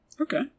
Okay